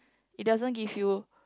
it doesn't give you